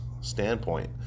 standpoint